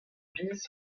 biz